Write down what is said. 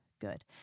Good